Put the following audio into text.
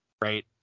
right